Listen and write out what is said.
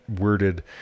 worded